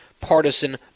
partisan